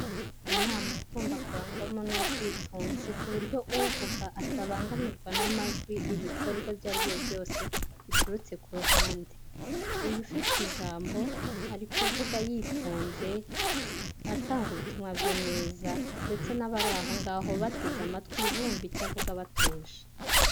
Inama iba igomba kurangwamo n'ubwitonzi, ku buryo uvuga atabangamirwa n'amajwi ibikorwa ibyo ari byo byose biturutse ku ruhande, uyu ufite ijambo ari kuvuga yitonze atanga ubutumwa bwe neza, ndetse n'abari aho ngaho bateze amatwi bumva icyo avuga batuje.